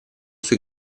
sui